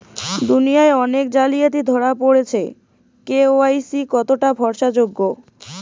দুনিয়ায় অনেক জালিয়াতি ধরা পরেছে কে.ওয়াই.সি কতোটা ভরসা যোগ্য?